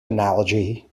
analogy